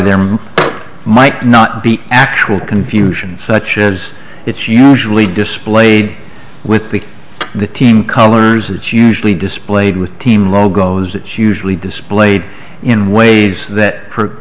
there might not be actual confusion such as it's usually displayed with the the team colors it's usually displayed with team logos it's usually displayed in ways that